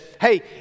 hey